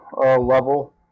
level